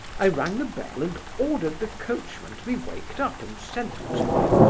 i rang the bell and ordered the coachman to be waked up and sent to me.